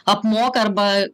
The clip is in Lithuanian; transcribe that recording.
apmoka arba